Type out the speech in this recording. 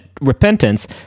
repentance